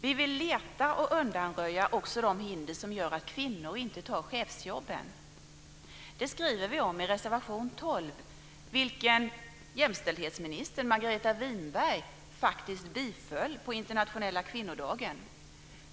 Vi vill också leta efter och undanröja de hinder som gör att kvinnor inte tar chefsjobben. Det skriver vi om i reservation 12, vars krav jämställdhetsminister Margareta Winberg faktiskt uppfyllde på internationella kvinnodagen.